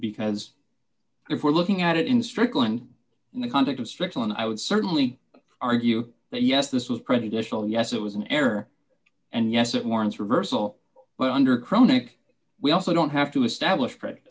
because if we're looking at it in strickland in the conduct of strickland i would certainly argue that yes this was prejudicial yes it was an error and yes it warrants reversal but under chronic we also don't have to establish credit